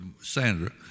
Sandra